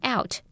Out